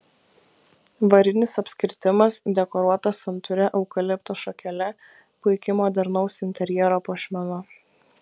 varinis apskritimas dekoruotas santūria eukalipto šakele puiki modernaus interjero puošmena